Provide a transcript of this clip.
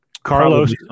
Carlos